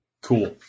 Cool